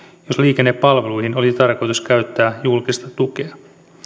jos liikennepalveluihin oli tarkoitus käyttää julkista tukea